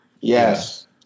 Yes